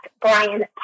Brian